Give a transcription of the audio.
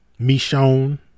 Michonne